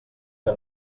que